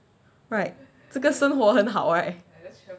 right 这个生活很好